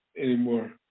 anymore